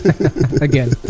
Again